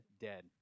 dead